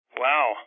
Wow